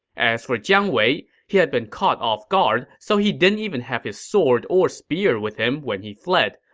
as for jiang wei, he had been caught off guard, so he didn't even have his sword or spear with him when he fled.